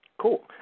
cool